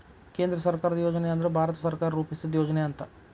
ಕೇಂದ್ರ ಸರ್ಕಾರದ್ ಯೋಜನೆ ಅಂದ್ರ ಭಾರತ ಸರ್ಕಾರ ರೂಪಿಸಿದ್ ಯೋಜನೆ ಅಂತ